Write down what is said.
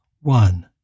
one